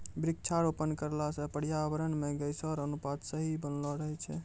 वृक्षारोपण करला से पर्यावरण मे गैसो रो अनुपात सही बनलो रहै छै